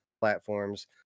platforms